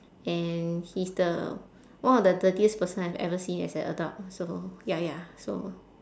and he's the one of the dirtiest person I have ever seen as a adult so ya ya so